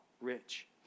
rich